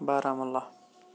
Baramulla